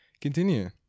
Continue